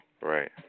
Right